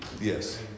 Yes